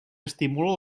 estimula